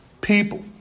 people